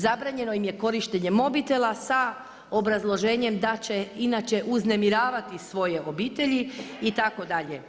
Zabranjeno im je korištenje mobitela sa obrazloženjem da će inače uznemiravati svoje obitelji itd.